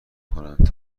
کنند